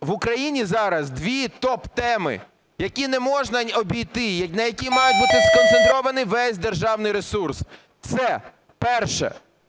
в Україні зараз дві топтеми, які не можна обійти, на яких має бути сконцентрований весь державний ресурс. Це, перше